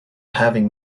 having